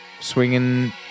swinging